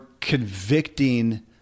convicting